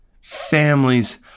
families